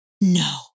No